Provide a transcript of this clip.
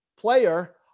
Player